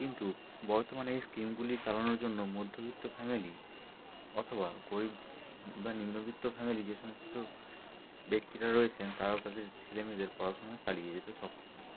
কিন্তু বর্তমানে এই স্কিমগুলি চালানোর জন্য মধ্যবিত্ত ফ্যামেলি অথবা গরিব বা নিম্নবিত্ত ফ্যামেলি যে সমস্ত ব্যক্তিরা রয়েছেন তারাও তাদের ছেলে মেয়েদের পড়াশোনা চালিয়ে যেতে সক্ষম হয়